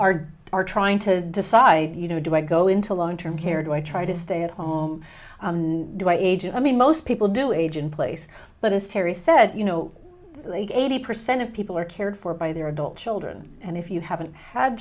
are are trying to decide you know do i go into long term care do i try to stay at home do i agent i mean most people do age in place but as terry said you know eighty percent of people are cared for by their adult children and if you haven't had